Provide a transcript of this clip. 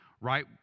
right